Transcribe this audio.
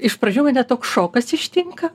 iš pradžių mane toks šokas ištinka